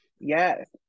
Yes